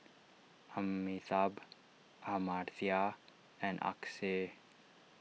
Amitabh Amartya and Akshay